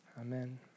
amen